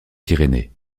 pyrénées